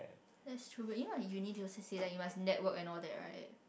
that's true but you know the uni they also say that you must network and all that right